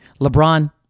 LeBron